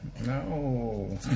No